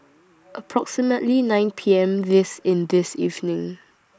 approximately nine P M This in This evening